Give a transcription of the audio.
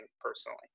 personally